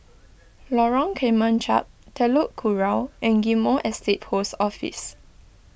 Lorong Kemunchup Telok Kurau and Ghim Moh Estate Post Office